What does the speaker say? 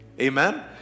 Amen